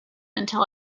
until